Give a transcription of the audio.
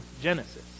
Genesis